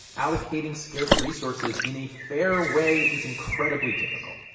allocating scarce resources in a fair way is incredibly difficult.